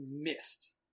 missed